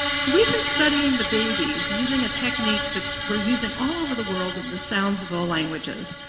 so we've been studying the babies using a technique that we're using all over the world in the sounds of all languages.